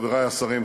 חברי השרים,